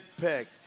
pick